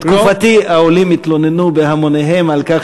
בתקופתי העולים התלוננו בהמוניהם על כך